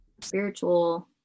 spiritual